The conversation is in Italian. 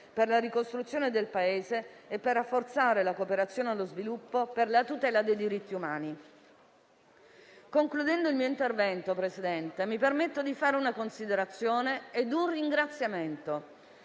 per la ricostruzione del Paese e per rafforzare la cooperazione allo sviluppo, per la tutela dei diritti umani. Concludendo il mio intervento, signor Presidente, mi permetto di fare una considerazione e un ringraziamento.